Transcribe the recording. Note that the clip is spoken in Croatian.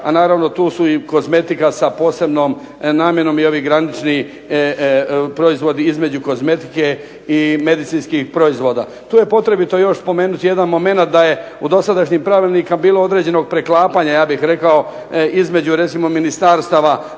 a naravno tu su kozmetika sa posebnom namjenom i ovi granični proizvodi između kozmetike i medicinskih proizvoda. Tu je potrebno još spomenuti jedan momenat da u dosadašnjim pravilnicima bilo određenog preklapanja ja bih rekao između ministarstava